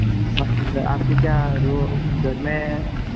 हाँ सर आपकी क्या रो घर में